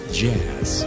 jazz